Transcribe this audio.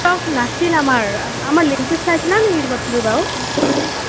stock নাছিল আমাৰ আমাৰ লিংকটোত চাইছিলা নেকি তুমি বাৰু